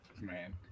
Man